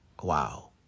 Wow